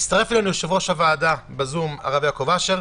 הצטרף אלינו יושב-ראש הוועדה בזום, הרב יעקב אשר.